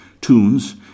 tunes